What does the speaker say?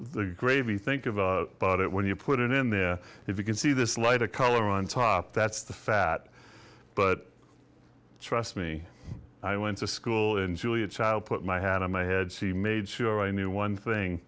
the gravy think of a budget when you put it in there if you can see this lighter color on top that's the fat but trust me i went to school in julia child put my hand on my head she made sure i knew one thing